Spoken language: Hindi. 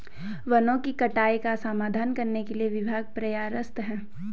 वनों की कटाई का समाधान करने के लिए विभाग प्रयासरत है